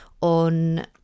on